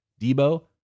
Debo